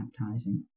baptizing